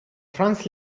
franz